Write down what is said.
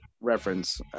Reference